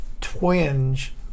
twinge